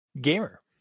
Gamer